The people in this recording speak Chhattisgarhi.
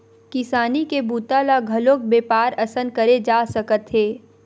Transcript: किसानी के बूता ल घलोक बेपार असन करे जा सकत हे